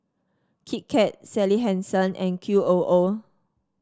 Kit Kat Sally Hansen and Q O O